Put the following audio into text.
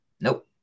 Nope